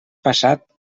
passat